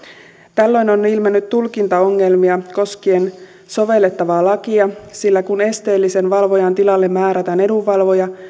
tällöin on ilmennyt tulkintaongelmia koskien sovellettavaa lakia sillä kun esteellisen valvojan tilalle määrätään edunvalvoja